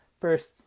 First